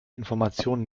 informationen